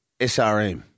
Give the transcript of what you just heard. SRM